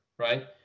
Right